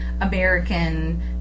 American